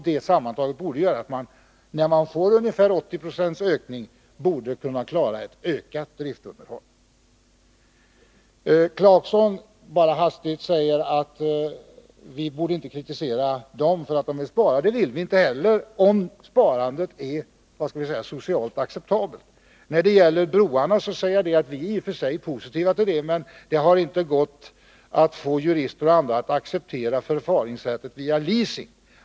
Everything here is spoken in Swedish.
Detta sammantaget med en ökning av ungefär 80 90 borde innebära att man skulle kunna klara ett ökat vägunderhåll. Rolf Clarkson säger att vi inte borde kritisera moderaterna för att de vill spara. Det vill vi inte heller göra, om sparandet är socialt acceptabelt. När det gäller broarna är vi i och för sig positivt inställda, men det har inte gått att få jurister och andra att acceptera förfaringssättet med leasing.